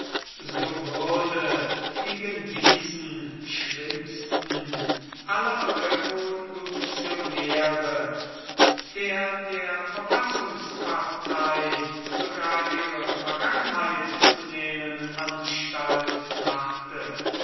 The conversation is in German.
so würde gegen diesen schlimmsten aller revolutionäre der der verfassungspartei sogar ihre vergangenheit zu nehmen anstalt machte